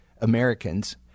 Americans